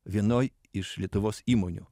vienoj iš lietuvos įmonių